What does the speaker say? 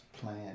plan